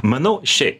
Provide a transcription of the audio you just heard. manau šiaip